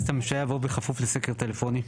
את הממשלה' יבוא 'בכפוף לסקר טלפוני'.